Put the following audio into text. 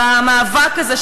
במאבק הזה,